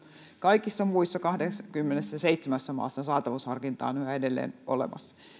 kaikissa muissa kahdessakymmenessäseitsemässä maassa saatavuusharkinta on yhä edelleen olemassa